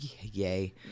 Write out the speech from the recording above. Yay